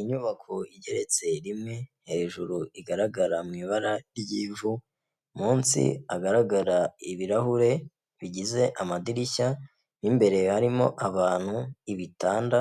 Inyubako igeretse rimwe, hejuru igaragara mu ibara ry'ivu, munsi hagaragara ibirahure bigize amadirishya, mo imbere harimo abantu, ibitanda,